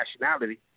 nationality